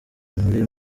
muri